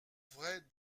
vrai